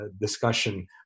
discussion